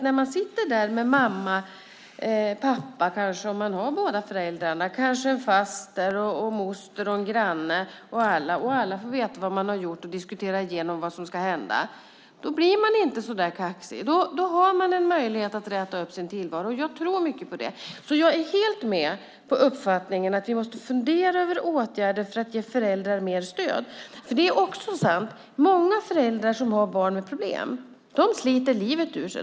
När man sitter där med mamma och pappa - om man har båda föräldrarna - och kanske en faster, en moster och en granne och alla får veta vad man har gjort och diskuterar igenom vad som ska hända blir man inte så kaxig. Då har man en möjlighet att räta upp sin tillvaro. Jag tror mycket på det här. Jag är helt med på uppfattningen att vi måste fundera över åtgärder för att ge föräldrar mer stöd. Det är också sant att många föräldrar som har barn med problem sliter livet ur sig.